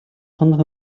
хонох